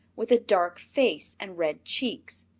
with a dark face and red cheeks.